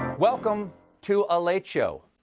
welcome to a late show.